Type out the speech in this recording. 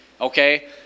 okay